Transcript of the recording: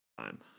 time